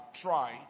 try